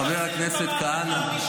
חבר הכנסת כהנא,